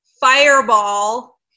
Fireball